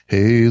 Hey